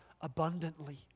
abundantly